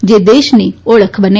જે દેશની ઓળખ બને